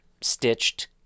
stitched